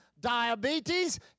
diabetes